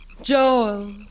Joel